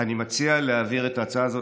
אני מציע להעביר את ההצעה הזאת,